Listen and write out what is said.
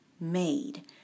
made